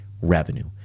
revenue